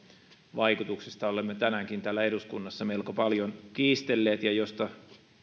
vaikutuksista olemme tänäänkin täällä eduskunnassa melko paljon kiistelleet ja josta